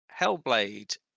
Hellblade